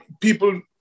people